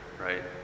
right